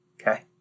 Okay